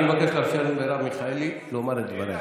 אני מבקש לאפשר למרב מיכאלי לומר את דבריה.